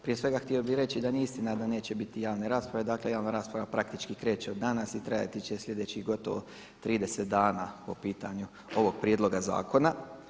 Prije svega htio bih reći da nije istina da neće biti javne rasprave, dakle javna rasprava praktički kreće od danas i trajati će sljedećih gotovo 30 dana po pitanju ovog prijedloga zakona.